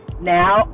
now